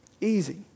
easy